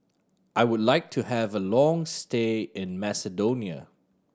I would like to have a long stay in Macedonia